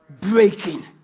Breaking